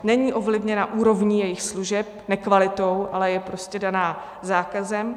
Není ovlivněna úrovní jejich služeb, nekvalitou, ale je prostě daná zákazem.